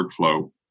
workflow